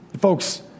Folks